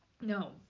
No